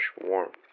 warmth